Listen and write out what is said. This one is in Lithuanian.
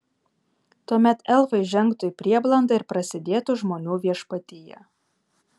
tuomet elfai žengtų į prieblandą ir prasidėtų žmonių viešpatija